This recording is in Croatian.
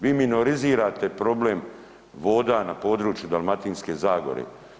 Vi minorizirate problem voda na području Dalmatinske zagore.